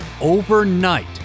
Overnight